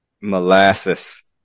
Molasses